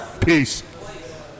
Peace